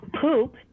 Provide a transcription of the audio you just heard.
poop